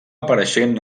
apareixent